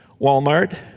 Walmart